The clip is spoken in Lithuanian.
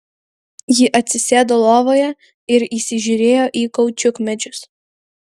ji atsisėdo lovoje ir įsižiūrėjo į kaučiukmedžius